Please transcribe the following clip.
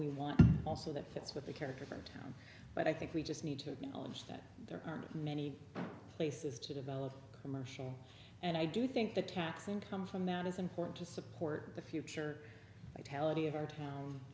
we want also that fits with the character from town but i think we just need to acknowledge that there are many places to develop commercial and i do think the tax income from that is important to support the future